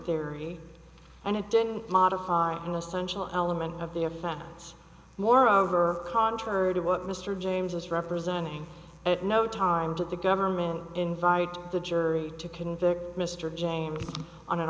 theory and it didn't modify an essential element of the offense moreover contrary to what mr james was representing at no time for the government in the jury to convict mr james on an